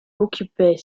occupait